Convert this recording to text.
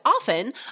often